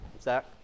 Zach